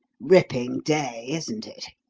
ripping day, isn't it?